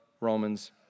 Romans